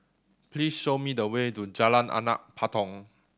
please show me the way to Jalan Anak Patong